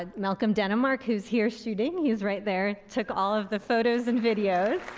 ah malcolm denemark who's here shooting. he's right there, took all of the photos and videos.